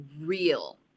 real